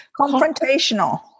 Confrontational